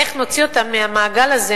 איך נוציא אותם מהמעגל הזה,